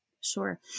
Sure